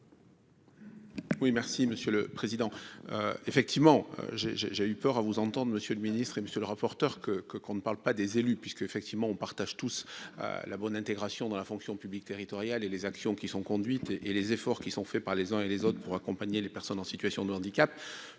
Oui, merci Monsieur le Président, effectivement j'ai j'ai j'ai eu peur à vous entendre, monsieur le ministre et monsieur le rapporteur, que que qu'on ne parle pas des élus puisqu'effectivement on partage tous la bonne intégration dans la fonction publique territoriale et les actions qui sont conduites et les efforts qui sont faits par les uns et les autres pour accompagner les personnes en situation de handicap